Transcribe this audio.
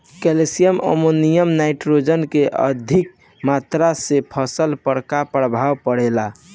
Calcium ammonium nitrate के अधिक मात्रा से फसल पर का प्रभाव परेला?